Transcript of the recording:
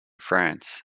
france